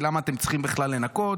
כי למה אתם צריכים בכלל לנקות?